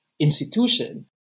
institution